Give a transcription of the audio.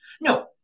No